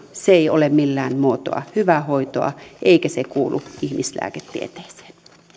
se ei ole millään muotoa hyvää hoitoa eikä se kuulu ihmislääketieteeseen